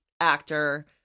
actor